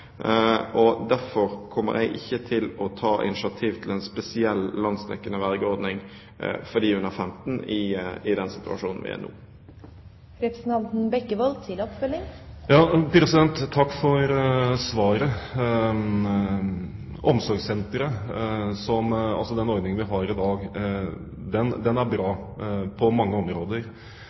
Derfor kommer jeg ikke til å ta initiativ til en spesiell landsdekkende vergeordning for de under 15 år i den situasjonen vi er i nå. Takk for svaret. Ordningen vi har i dag med omsorgssentre, er bra på mange områder.